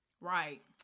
Right